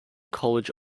college